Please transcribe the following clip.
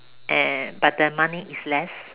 and but the money is less